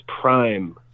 prime